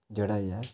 जेह्ड़ा ऐ